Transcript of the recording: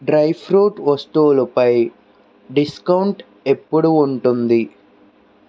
dry fruit వస్తువులు పై discount ఎప్పుడూ ఉంటుంది